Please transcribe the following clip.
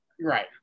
right